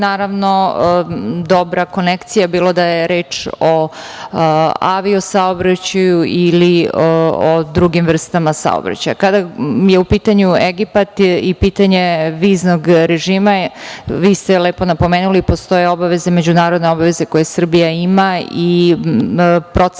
naravno dobra konekcija bilo da je reč o aviosaobraćaju ili o drugim vrstama saobraćaja. Kada je u pitanju Egipat i pitanje viznog režima, vi ste lepo napomenuli, postoje obaveze, međunarodne obaveze koje Srbija ima i procene